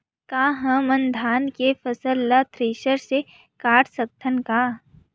का हमन धान के फसल ला थ्रेसर से काट सकथन का?